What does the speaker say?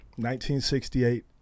1968